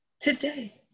Today